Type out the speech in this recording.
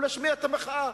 להשמיע את המחאה.